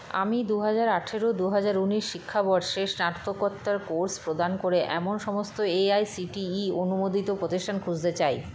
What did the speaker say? আমি দুহাজার আঠেরো দুহাজার উনিশ শিক্ষাবর্ষে স্নাতকোত্তর কোর্স প্রদান করে এমন সমস্ত A I C T E অনুমোদিত প্রতিষ্ঠান খুঁজতে চাই